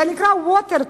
זה נקרא "ווטר-טק"